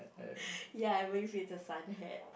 ya I believe it's a sun hat